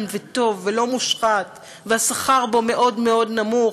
וטוב ולא מושחת שהשכר בו מאוד מאוד נמוך.